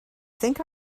think